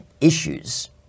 issues